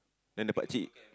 then the Pakcik